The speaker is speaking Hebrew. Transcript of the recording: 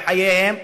בחייהם.